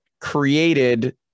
created